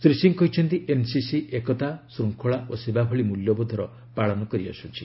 ଶ୍ରୀ ସିଂ କହିଛନ୍ତି ଏନ୍ସିସି ଏକତା ଶୃଙ୍ଖଳା ଓ ସେବା ଭଳି ମୂଲ୍ୟବୋଧର ପାଳନ କରିଆସୁଛି